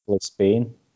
Spain